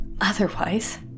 Otherwise